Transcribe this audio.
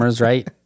right